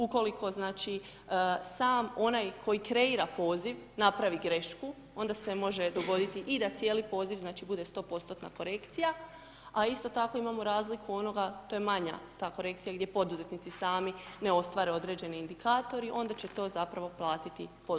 Ukoliko, znači, sam onaj koji kreira poziv, napravi grešku, onda se može dogoditi i da cijeli poziv, znači, bude 100%-tna korekcija, a isto tako imamo razliku onoga, to je manja ta korekcija, gdje poduzetnici sami ne ostvare određeni indikatori, onda će to, zapravo, platiti poduzetnik.